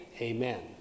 Amen